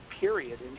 period